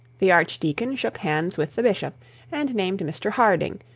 the archdeacon shook hands with the bishop and named mr harding,